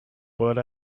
but